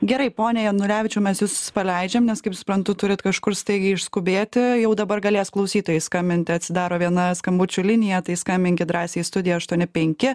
gerai pone janulevičiau mes jus paleidžiam nes kaip suprantu turit kažkur staigiai išskubėti jau dabar galės klausytojai skambinti atsidaro viena skambučių linija tai skambinkit drąsiai į studiją aštuoni penki